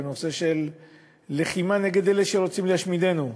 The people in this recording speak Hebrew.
בנושא של לחימה נגד אלה שרוצים להשמידנו,